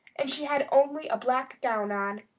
and she had only a black gown on,